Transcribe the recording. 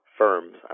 firms